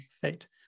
fate